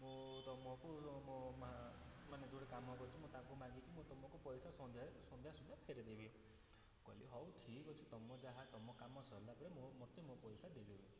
ମୁଁ ତୁମକୁ ମୋ ମା' ମାନେ ଯେଉଁଠି କାମ କରୁଛି ମୁଁ ତାଙ୍କୁ ମାଗିକି ମୁଁ ତୁମକୁ ପାଇସା ସନ୍ଧ୍ୟାରେ ସନ୍ଧ୍ୟା ସୁଦ୍ଧା ଫେରେଇ ଦେବି ମୁଁ କହିଲି ହଉ ଠିକ ଅଛି ତୁମ ଯାହା ତୁମ କାମ ସରିଲା ପରେ ମୋ ମୋତେ ମୋ ପଇସା ଦେଇଦେବେ